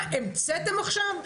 מה המצאתם עכשיו?